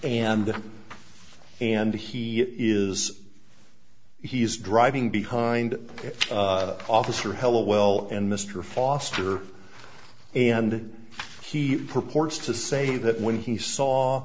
and and he is he's driving behind that officer helliwell and mr foster and he purports to say that when he saw